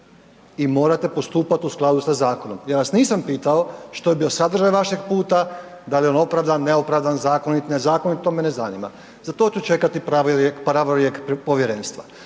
i morate postupati u skladu sa zakonom. Ja vas nisam pitao što je bio sadržaj vašeg puta, da li je on opravdan, neopravdan, zakonit, nezakonit to me ne zanima, za to ću čekati pravorijek povjerenstva,